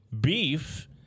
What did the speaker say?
beef